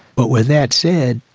but with that said,